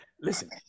listen